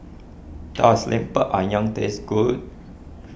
does Lemper Ayam taste good